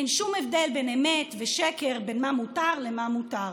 אין שום הבדל בין אמת ושקר, בין מה אסור למה מותר.